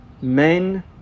men